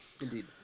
indeed